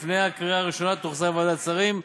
לפני הקריאה הראשונה תוחזר לוועדת השרים.